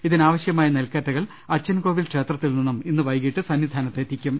ഇതിനാവശ്യമായിനെൽകറ്റകൾ അച്ചൻകോവിൽ ക്ഷേത്രത്തിൽ നിന്നും ഇന്ന് വൈക്ടീട്ട് സന്നിധാനത്ത് എത്തിക്കും